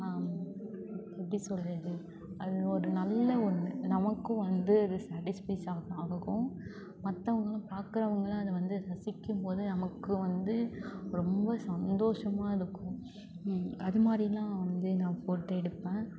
எப்படி சொல்கிறது அது ஒரு நல்ல ஒன்று நமக்கும் வந்து அது சேடிஸ்ஃபைஸாகும் ஆகும் மற்றவுங்களும் பார்க்கறவங்களாம் அதை வந்து ரசிக்கும்போது நமக்கும் வந்து ரொம்ப சந்தோஷமாக இருக்கும் அதுமாதிரிலாம் வந்து நான் ஃபோட்டோ எடுப்பேன்